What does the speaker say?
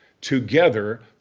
together